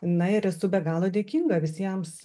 na ir esu be galo dėkinga visiems